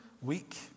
week